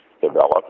develop